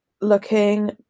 looking